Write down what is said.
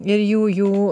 ir jųjų